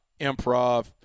improv